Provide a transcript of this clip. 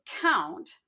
count